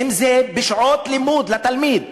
אם בשעות לימוד לתלמיד,